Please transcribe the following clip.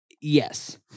Yes